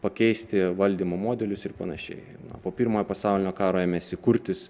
pakeisti valdymo modelius ir panašiai po pirmojo pasaulinio karo ėmėsi kurtis